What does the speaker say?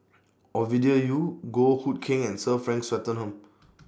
Ovidia Yu Goh Hood Keng and Sir Frank Swettenham